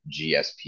GSP